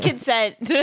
Consent